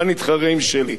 אולי נתחרה עם שלי.